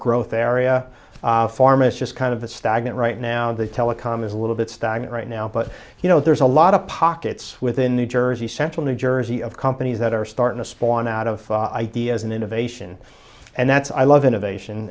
growth area for miss just kind of a stagnant right now and the telecom is a little bit stagnant right now but you know there's a lot of pockets within the jersey central new jersey of companies that are starting to spawn out of ideas and innovation and that's i love innovation